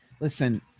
Listen